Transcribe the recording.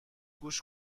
گوش